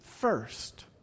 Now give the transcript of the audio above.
first